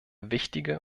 wichtige